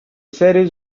series